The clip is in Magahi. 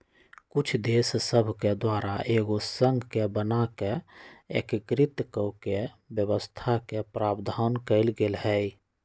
कुछ देश सभके द्वारा एगो संघ के बना कऽ एकीकृत कऽकेँ व्यवस्था के प्रावधान कएल गेल हइ